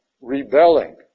rebelling